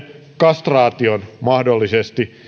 kastraatio mahdollisesti